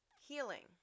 Healing